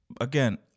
again